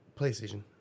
PlayStation